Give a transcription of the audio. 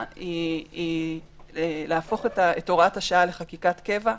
היא להפוך את הוראת השעה לחקיקת קבע.